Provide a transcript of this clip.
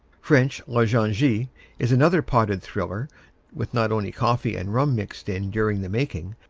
french la jonchee is another potted thriller with not only coffee and rum mixed in during the making,